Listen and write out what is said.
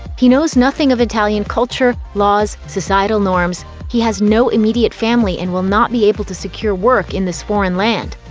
he knows nothing of italian culture, laws, societal norms, he has no immediate family and will not be able to secure work in this foreign land.